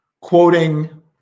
quoting